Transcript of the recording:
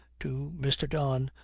to mr. don,